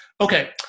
Okay